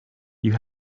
you